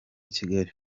kigali